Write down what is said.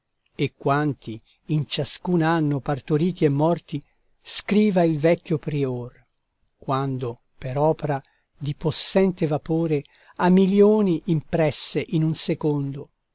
e quanti in ciascun anno partoriti e morti scriva il vecchio prior quando per opra di possente vapore a milioni impresse in un secondo